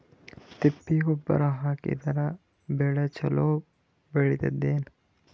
ತಿಪ್ಪಿ ಗೊಬ್ಬರ ಹಾಕಿದರ ಬೆಳ ಚಲೋ ಬೆಳಿತದೇನು?